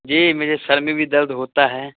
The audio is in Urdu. جی مجھے سر میں بھی درد ہوتا ہے